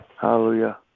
Hallelujah